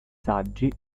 saggi